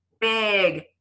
big